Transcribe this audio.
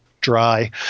dry